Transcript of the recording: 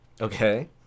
Okay